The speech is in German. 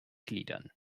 gliedern